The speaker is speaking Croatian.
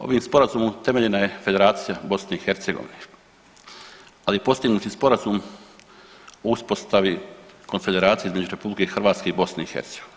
Ovim sporazumom utemeljena je Federacija BiH, ali i postignuti sporazum o uspostavi konfederacije između RH i BiH.